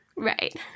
Right